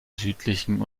südlichen